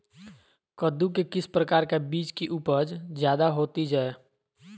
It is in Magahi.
कददु के किस प्रकार का बीज की उपज जायदा होती जय?